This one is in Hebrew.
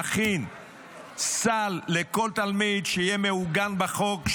נכין סל לכל תלמיד שיהיה מעוגן בחוק,